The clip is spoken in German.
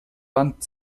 band